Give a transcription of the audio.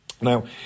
Now